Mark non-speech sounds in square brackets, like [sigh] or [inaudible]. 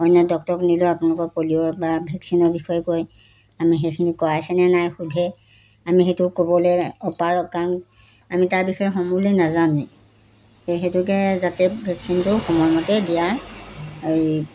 অন্য ডক্তৰক নিলেও আপোনালোকৰ পলিঅ' বা ভেকচিনৰ বিষয়ে কয় আমি সেইখিনি কৰাইছে নে নাই সুধে আমি সেইটো ক'বলৈ অপাৰক কাৰণ আমি তাৰ বিষয়ে [unintelligible] নাজানো সেইটোকে যাতে ভেকচিনটো সময়মতে দিয়া হেৰি